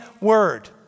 word